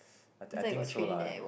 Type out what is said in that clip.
I think I think so lah